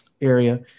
area